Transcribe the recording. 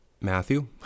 Matthew